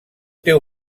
teu